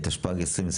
התשפ"ג 2023